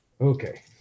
Okay